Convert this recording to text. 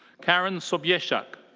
karen sobiesiak.